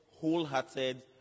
wholehearted